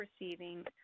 receiving